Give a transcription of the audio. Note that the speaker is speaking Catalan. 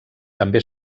també